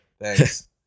Thanks